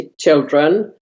children